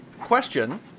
Question